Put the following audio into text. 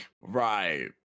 Right